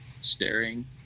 staring